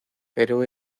pero